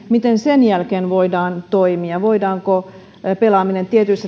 miten sen jälkeen voidaan toimia kun on kirjauduttu järjestelmään voidaanko pelaaminen tietyissä